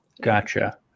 Gotcha